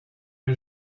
est